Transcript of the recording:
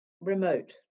remote